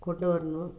கொண்டு வரணும்